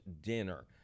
dinner